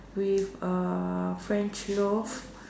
with French loaf